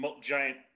giant